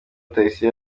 rutayisire